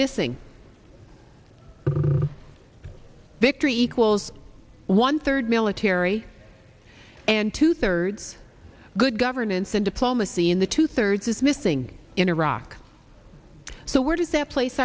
missing victory equals one third military and two thirds good governance and diplomacy in the two thirds is missing in iraq so where does that place